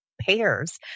pairs